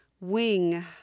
Wing